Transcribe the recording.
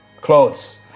Clothes